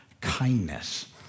kindness